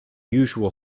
usual